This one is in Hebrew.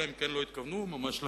אלא אם כן הם לא התכוונו ממש לכך.